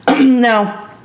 Now